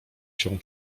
się